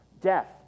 death